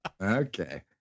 Okay